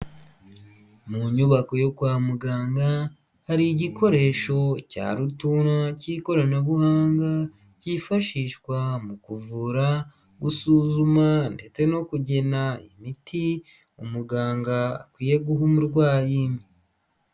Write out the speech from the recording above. Mu nyubako yo kwa muganga hari igikoresho cya rutura cy'ikoranabuhanga cyifashishwa mu kuvura, gusuzuma, ndetse no kugena imiti umuganga akwiye guha umurwayi.